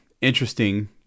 interesting